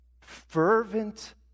fervent